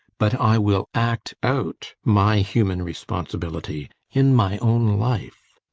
but i will act out my human responsibility in my own life.